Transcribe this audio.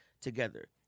together